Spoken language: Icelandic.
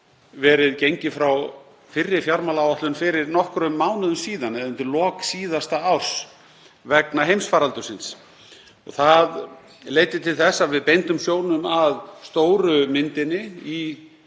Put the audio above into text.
var gengið frá fyrri fjármálaáætlun fyrir nokkrum mánuðum eða undir lok síðasta árs vegna heimsfaraldursins. Það leiddi til þess að við beindum sjónum að stóru myndinni í